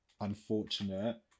unfortunate